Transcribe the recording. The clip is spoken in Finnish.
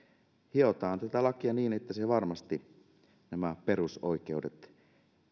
hiotaan tätä lakia niin että siinä varmasti nämä perusoikeudet